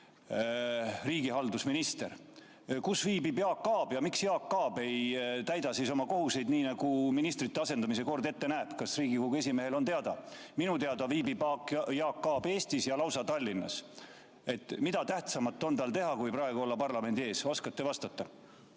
riigihalduse minister. Kus viibib Jaak Aab ja miks Jaak Aab ei täida oma kohuseid, nii nagu ministrite asendamise kord ette näeb? Kas Riigikogu esimehele on teada? Minu teada viibib Jaak Aab Eestis ja lausa Tallinnas. Mida tähtsamat on tal teha kui praegu olla parlamendi ees? Oskate vastata?